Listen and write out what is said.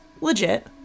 legit